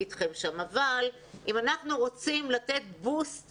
ואם אנחנו רוצים לתת בוסט